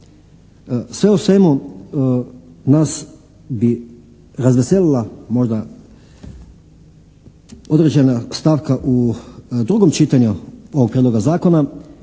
Sve u svemu nas bi razveselila možda određena stavka u drugom čitanju ovog Prijedloga zakona